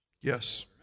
Yes